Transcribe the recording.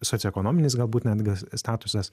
socioekonominis galbūt netgi statusas